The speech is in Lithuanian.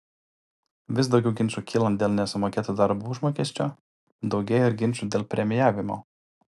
vis daugiau ginčų kylant dėl nesumokėto darbo užmokesčio daugėja ir ginčų dėl premijavimo